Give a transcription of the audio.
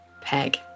Peg